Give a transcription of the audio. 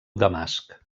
damasc